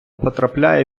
потрапляє